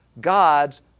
God's